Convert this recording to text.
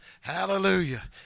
Hallelujah